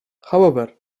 however